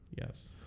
Yes